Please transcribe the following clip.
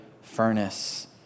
furnace